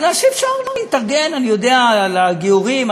כי אפשרנו להתארגן, אני יודע, לגיורים.